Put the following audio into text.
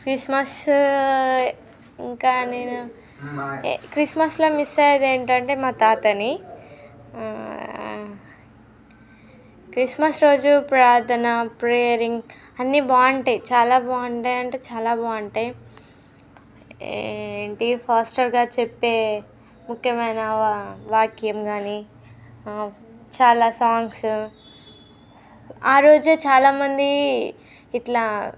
Christmas ఇంకా నేను క్రిస్మస్లో మిస్ అయ్యేది ఏంటంటే మా తాతని క్రిస్మస్ రోజు ప్రార్ధన ప్రేయరింగ్ అన్ని బాగుంటాయి చాలా బాగుంటాయి అంటే చాలా బాగుంటాయి ఏంటి పాస్టర్ గారు చెప్పే ముఖ్యమైన వాక్యం కానీ చాలా సాంగ్స్ ఆరోజు చాలామంది ఇట్లా